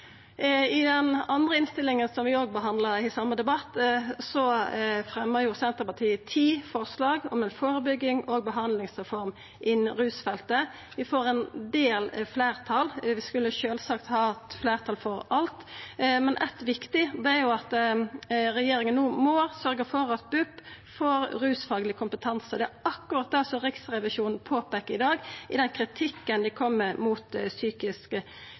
I den andre innstillinga som vi òg behandlar i same debatt, fremjar Senterpartiet ti forslag om ei førebyggings- og behandlingsreform innan rusfeltet. Vi får ein del fleirtal. Vi skulle sjølvsagt hatt fleirtal for alt, men eit viktig er at regjeringa no må sørgja for at BUP får rusfagleg kompetanse. Det er akkurat det som Riksrevisjonen påpeikar i dag i den kritikken dei kom med når det gjeld psykisk